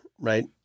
right